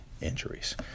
injuries